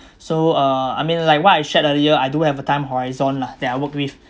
so uh I mean like what I shared earlier I do have a time horizon lah that I work with